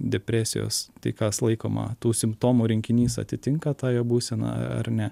depresijos tai kas laikoma tų simptomų rinkinys atitinka tąją būseną ar ne